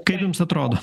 kaip jums atrodo